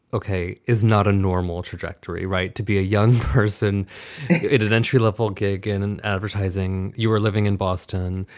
ok, is not a normal trajectory, trajectory, right. to be a young person at an entry level gig in advertising. you were living in boston,